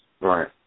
Right